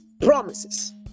promises